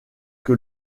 que